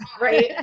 Right